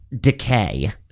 decay